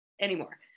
anymore